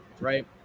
right